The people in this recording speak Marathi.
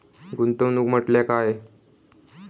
गुंतवणूक म्हटल्या काय?